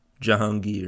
Jahangir